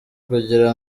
kugira